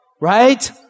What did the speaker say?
Right